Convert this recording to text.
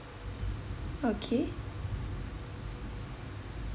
okay